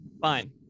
fine